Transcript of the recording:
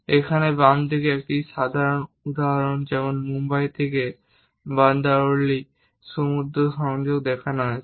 এখানে বাম দিকে একটি সাধারণ উদাহরণ যেমন মুম্বাই থেকে বান্দ্রা ওয়ারলি সমুদ্র সংযোগ দেখানো হয়েছে